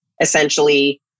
essentially